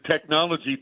technology